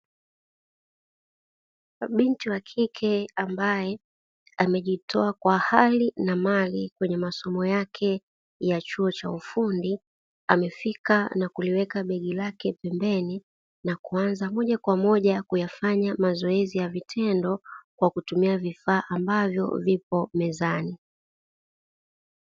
Binti wakike ambae amejitoa kwa hali na mali kwenye masomo yake ya chuo cha ufundi, amefika na kuliweka begi lake pembeni na kuanza moja kwa moja kuyafanya mazoezi kwa vitendo kwa kutumia vifaa ambavyo vipo mezani.